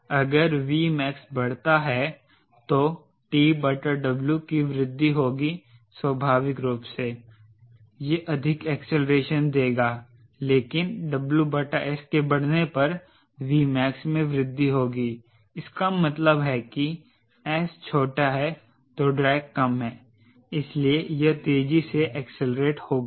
अगर Vmax बड़ता है तो TW की वृद्धि होगी स्वाभाविक रूप से यह अधिक एक्सीलरेशन देगा लेकिन WS के बढ़ने पर Vmax में वृद्धि होगी इसका मतलब है कि S छोटा है तो ड्रैग कम है इसलिए यह तेजी से एक्सेलेरेट होगा